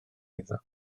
iddo